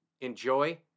enjoy